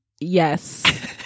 yes